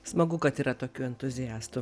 smagu kad yra tokių entuziastų